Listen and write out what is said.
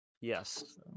yes